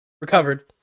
Recovered